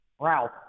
Ralph